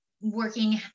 working